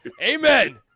Amen